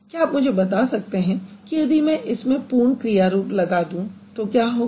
क्या आप मुझे बता सकते हैं कि यदि मैं इसमें पूर्ण क्रिया रूप लगा दूँ तो क्या होगा